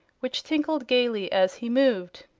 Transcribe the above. which tinkled gaily as he moved.